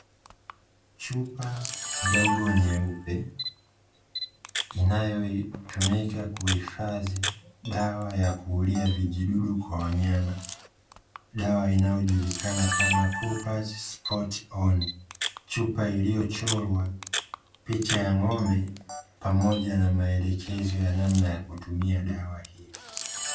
Chupa ndogo nyeupe inayotumika kuhifadhi dawa yakuulia vijidudu kwa wanyama, dawa inayojulikana kama "COOPERS SPOT ON". Chupa iliyochorwa picha ya ng'ombe pamoja na maelekezo ya kutumia dawa iyo.